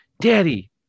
Daddy